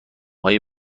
های